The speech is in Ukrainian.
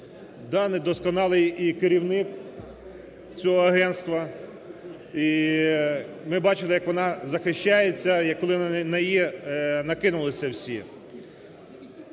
Да, недосконалий і керівник цього агентства. І ми бачили, як вона захищається, коли на неї накинулися всі.